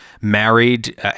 married